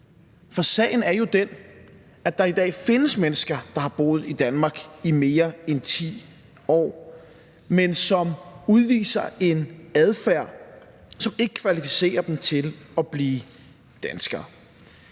For sagen er jo den, at der i dag findes mennesker, der har boet i Danmark i mere end 10 år, men som udviser en adfærd, som ikke kvalificerer dem til at blive danskere.